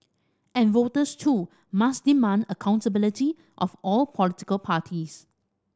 and voters too must demand accountability of all political parties